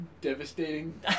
Devastating